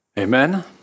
Amen